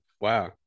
Wow